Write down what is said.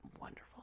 wonderful